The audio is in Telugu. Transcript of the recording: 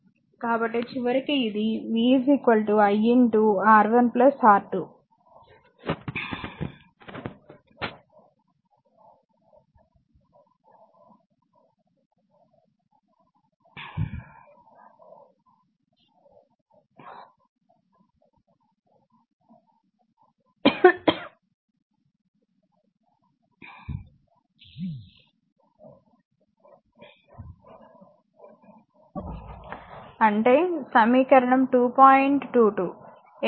కాబట్టి చివరికి ఇది v i R1 R2 అంటే సమీకరణం 2